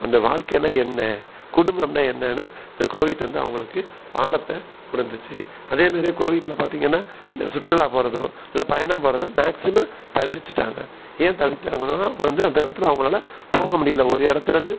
அந்த வாழ்க்கைனா என்ன குடும்பம்னால் என்னென்னு இந்த கோவிட் வந்து அவங்களுக்கு பாடத்தை கொடுத்துச்சி அதே மாரியே கோவிட்டில் பார்த்தீங்கன்னா இந்த சுற்றுலா போகிறதோ இல்லை பயணம் போகிறத மேக்ஸிமம் தவிர்த்துட்டாங்க ஏன் தவிர்த்தாங்கன்னால் வந்து அந்த காலத்தில் அவங்களால போக முடியல ஒரு இடத்துலேந்து